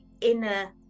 inner